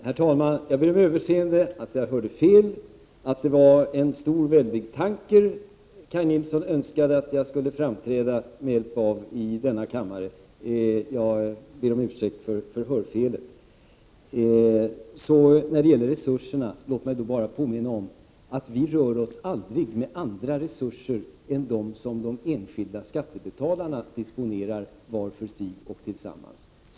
Herr talman! Jag ber om överseende att jag hörde fel. Det var en stor väldig tanker som Kaj Nilsson sa att jag skulle framträda som i denna kammare. Låt mig när det gäller resurserna bara påminna om att vi aldrig rör oss med andra resurser än dem som de enskilda skattebetalarna disponerar var för sig och tillsammans.